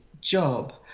job